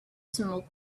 smoke